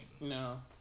No